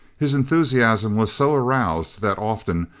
his enthusiasm was so aroused that often,